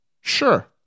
Sure